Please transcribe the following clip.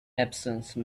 absence